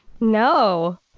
No